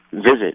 visit